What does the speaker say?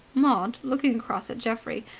maud, looking across at geoffrey,